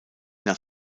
nach